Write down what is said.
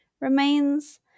remains